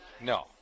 No